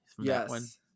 Yes